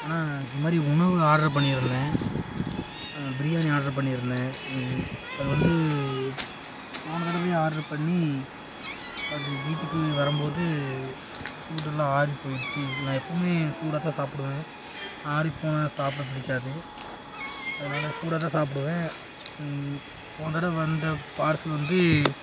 அண்ணா இது மாதிரி உணவு ஆர்டர் பண்ணியிருந்தேன் பிரியாணி ஆர்டர் பண்ணியிருந்தேன் அது வந்து போன தடவையே ஆர்டர் பண்ணி அது வீட்டுக்கு வரும்போது சூடெலாம் ஆறிப்போயிருச்சு நான் எப்பவுமே சூடாகத்தான் சாப்பிடுவேன் ஆறிப்போனால் சாப்பிட பிடிக்காது அதனால சூடாகதான் சாப்பிடுவேன் போன தடவை வந்த பார்சல் வந்து